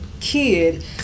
kid